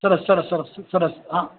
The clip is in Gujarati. સરસ સરસ સરસ સરસ હા